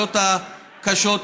האוכלוסיות הקשות,